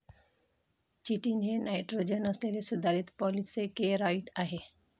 chitin हे nitrogen असलेले सुधारित पॉलिसेकेराइड आहे